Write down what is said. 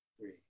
three